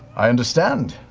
i understand.